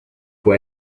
può